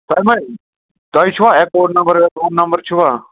تۄہہِ مہ تۄہہِ چھُوا اٮ۪کاوُنٹ نمبر وٮ۪کاوُنٹ نمبر چھُوا